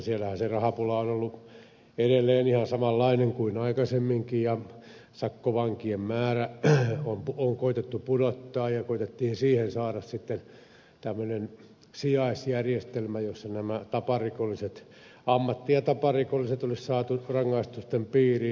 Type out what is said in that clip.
siellähän se rahapula on ollut edelleen ihan samanlainen kuin aikaisemminkin ja sakkovankien määrää on koetettu pudottaa ja koetettiin siihen saada sitten tämmöinen sijaisjärjestelmä jossa nämä ammatti ja taparikolliset olisi saatu rangaistusten piiriin